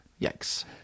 Yikes